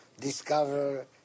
discover